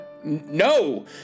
No